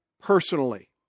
personally